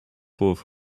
fourth